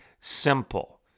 simple